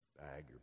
bag